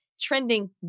Trending